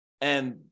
And-